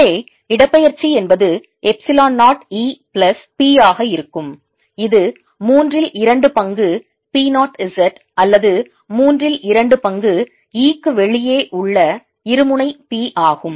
உள்ளே இடப்பெயர்ச்சி என்பது எப்சிலோன் 0 E பிளஸ் P ஆக இருக்கும் இது மூன்றில் இரண்டு பங்கு P 0 z அல்லது மூன்றில் இரண்டு பங்கு E க்கு வெளியே உள்ள இருமுனை P ஆகும்